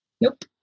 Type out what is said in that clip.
Nope